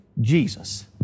Jesus